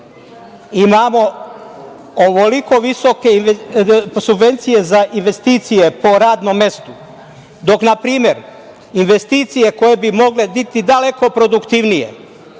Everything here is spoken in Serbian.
imamo ovoliko visoke subvencije za investicije po radnom mestu, dok npr. investicije koje bi mogle biti daleko produktivnije